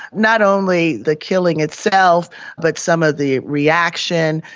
not only the killing itself but some of the reaction.